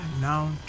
Now